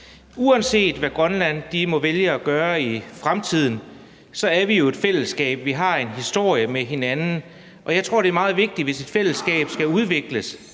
Uanset hvad Grønland må vælge at gøre i fremtiden, er vi jo et fællesskab. Vi har en historie med hinanden, og jeg tror, det er meget vigtigt, hvis et fællesskab skal udvikles,